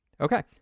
Okay